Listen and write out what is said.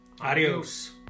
adios